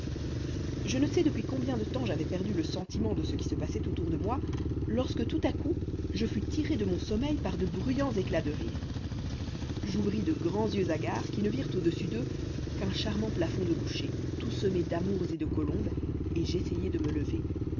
je ne sais depuis combien de temps j'avais perdu le sentiment de ce qui se passait autour de moi lorsque tout à coup je fus tiré de mon sommeil par de bruyants éclats de rire j'ouvris de grands yeux hagards qui ne virent au-dessus d'eux qu'un charmant plafond de boucher tout semé d'amours et de colombes et j'essayai de me lever